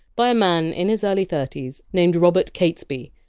by a man in his early thirty s named robert catesby.